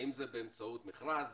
האם זה באמצעות מכרז